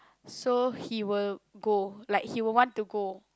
so he will go like he will want to go